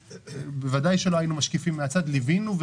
ודאי שלא היינו משקיפים מהצד ליווינו,